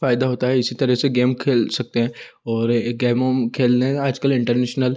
फ़ायदा होता है इसी तरह से गेम खेल सकते हैं और ये गेम ओम खेलने आजकल इंटरनेशनल